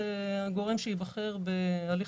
הגורם ייבחר בהליך